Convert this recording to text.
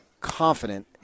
confident